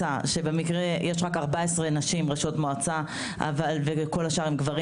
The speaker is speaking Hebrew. במקרה יש רק 14 נשים ראשות מועצה וכל השאר הם גברים.